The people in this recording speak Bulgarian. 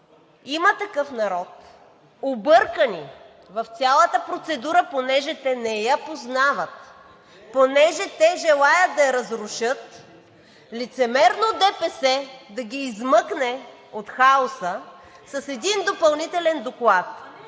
„Има такъв народ“, объркани в цялата процедура, понеже те не я познават и желаят да я разрушат, лицемерно ДПС да ги измъкне от хаоса с един допълнителен доклад.